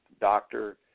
doctor